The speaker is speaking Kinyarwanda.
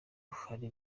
hari